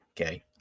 okay